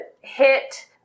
hit